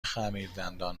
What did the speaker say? خمیردندان